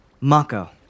Mako